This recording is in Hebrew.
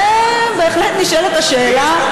ובהחלט נשאלת השאלה,